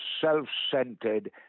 self-centered